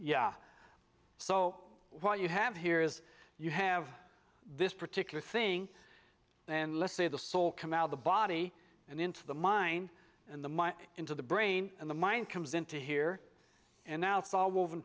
yeah so what you have here is you have this particular thing and let's say the soul come out of the body and into the mind and the mike into the brain and the mind comes into here and now it's all wov